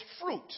fruit